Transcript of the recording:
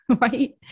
right